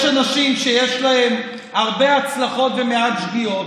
יש אנשים שיש להם הרבה הצלחות ומעט שגיאות,